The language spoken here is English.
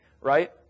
Right